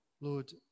Lord